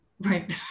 Right